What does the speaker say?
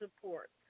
support